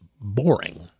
boring